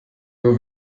nur